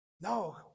no